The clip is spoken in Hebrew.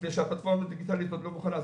מפני שהפלטפורמה הדיגיטלית עוד לא מוכנה.